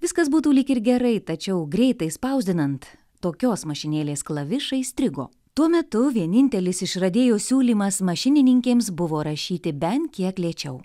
viskas būtų lyg ir gerai tačiau greitai spausdinant tokios mašinėlės klavišais strigo tuo metu vienintelis išradėjo siūlymas mašininkėms buvo rašyti bent kiek lėčiau